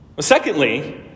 Secondly